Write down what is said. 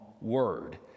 word